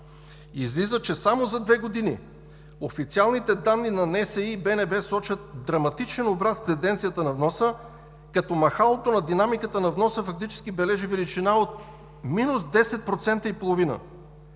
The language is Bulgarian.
Излиза, че само за две години официалните данни на НСИ и БНБ носят драматичен обрат в тенденцията на вноса, като махалото на динамиката на вноса фактически бележи величина от минус 10,5%.